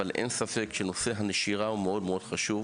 אבל אין ספק שנושא הנשירה הוא מאוד מאוד חשוב,